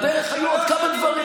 בדרך היו עוד כמה דברים,